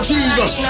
Jesus